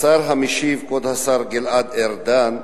השר המשיב, כבוד השר גלעד ארדן,